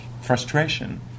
frustration